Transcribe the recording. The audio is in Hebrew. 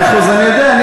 מאה אחוז, אני יודע.